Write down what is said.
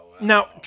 Now